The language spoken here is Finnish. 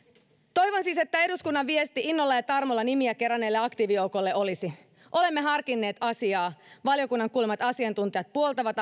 toivon siis että eduskunnan viesti innolla ja tarmolla nimiä keränneelle aktiivijoukolle olisi olemme harkinneet asiaa valiokunnan kuulemat asiantuntijat puoltavat